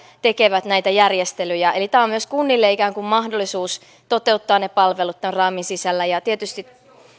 tekevät näitä järjestelyjä tämä on myös kunnille ikään kuin mahdollisuus toteuttaa ne palvelut tämän raamin sisällä